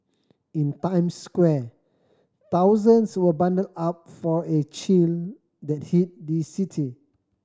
in Times Square thousands were bundled up for a chill that hit the city